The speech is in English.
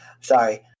sorry